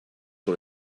sur